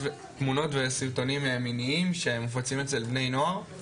וסרטונים מיניים שמופצים אצל בני נוער,